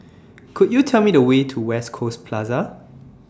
Could YOU Tell Me The Way to West Coast Plaza